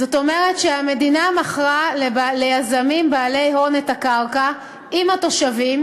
זאת אומרת שהמדינה מכרה ליזמים בעלי הון את הקרקע עם התושבים,